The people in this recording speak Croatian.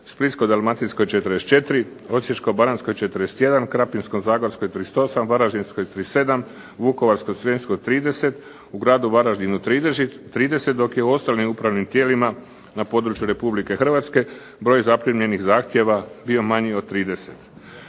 Splitsko-dalmatinskoj 44, Osječko-baranjskoj 41, Krapinsko-zagorskoj 38, Varaždinskoj 37, Vukovarsko-srijemskoj 30, u Gradu Varaždinu 30, dok je u ostalim upravnim tijelima na području Republike Hrvatske broj zaprimljenih zahtjeva bio manji od 30.